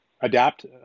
adapt